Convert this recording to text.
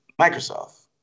Microsoft